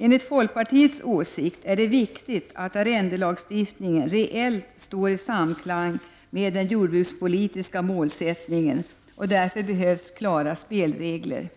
Enligt folkpartiets åsikt är det viktigt att arrendelagstiftningen reellt står i samklang med den jordbrukspolitiska målsättningen. Därför behövs klara spelregler.